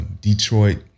Detroit